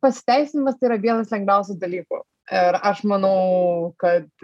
pasiteisinimas tai yra vienas lengviausių dalykų ir aš manau kad